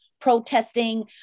protesting